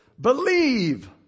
believe